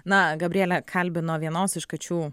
na gabrielė kalbino vienos iš kačių